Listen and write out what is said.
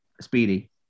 speedy